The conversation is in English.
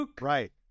Right